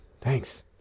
Thanks